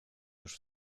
już